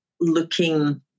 looking